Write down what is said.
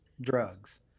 drugs